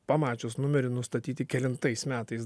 pamačius numerį nustatyti kelintais metais